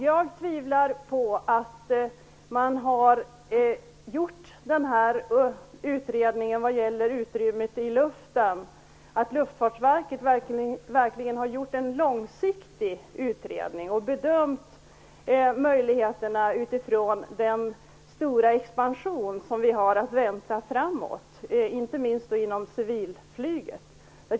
Jag tvivlar på att Luftfartsverket verkligen har gjort en långsiktig utredning om utrymmet i luften och bedömt möjligheterna utifrån den stora expansion som vi har att vänta framöver, inte minst inom civilflyget.